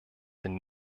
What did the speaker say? den